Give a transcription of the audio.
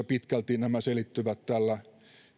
pitkälti nämä selittyvät tällä